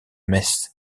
metz